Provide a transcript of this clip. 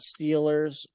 Steelers